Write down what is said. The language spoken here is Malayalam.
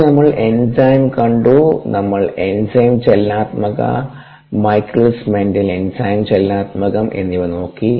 പിന്നെ നമ്മൾ എൻസൈം കണ്ടു നമ്മൾ എൻസൈം ചലനാത്മകത മൈക്കിളിസ് മെന്റൻ എൻസൈം ചലനാത്മകം എന്നിവ നോക്കി